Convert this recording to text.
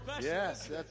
Yes